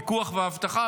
פיקוח ואבטחה,